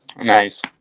Nice